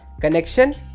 connection